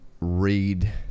read